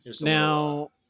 Now